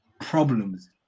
problems